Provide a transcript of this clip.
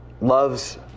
loves